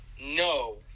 No